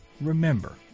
remember